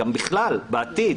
אלא בכלל בעתיד